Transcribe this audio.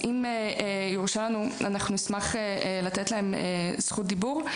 אם יורשה לנו, אנחנו נשמח לתת להם זכות דיבור.